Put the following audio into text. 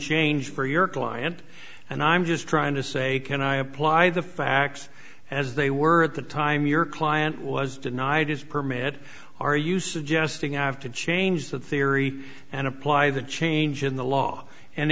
change for your client and i'm just trying to say can i apply the facts as they were at the time your client was denied his permit are you suggesting i have to change that theory and apply the change in the law and